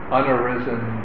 unarisen